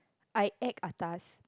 I act atas